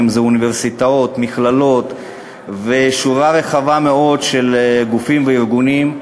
אם אוניברסיטאות ומכללות ושורה רחבה מאוד של גופים וארגונים,